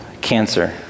cancer